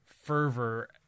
fervor